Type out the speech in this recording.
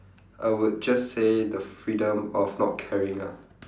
I would just say the freedom of not caring ah